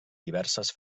diverses